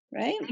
Right